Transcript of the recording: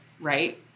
Right